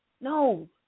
no